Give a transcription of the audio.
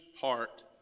heart